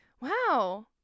Wow